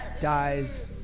dies